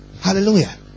Hallelujah